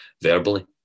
verbally